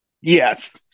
Yes